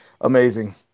amazing